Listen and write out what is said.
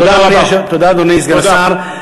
תודה, אדוני סגן השר.